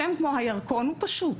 שם כמו הירקון הוא פשוט,